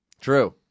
True